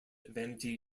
vanity